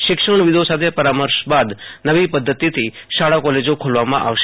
શિક્ષણવિદ્દો સાથે પરામર્શ બાદ નવી પધ્ધતિથી શાળા કોલેજો ખોલવામાં આવશે